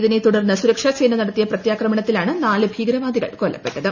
ഇതിനെ തുടർന്ന് സുരക്ഷാസേന നടത്തിയ പ്രത്യാക്രമണത്തിലാണ് നാല് ഭീകരവാദികൾ കൊല്ലപ്പെട്ടത്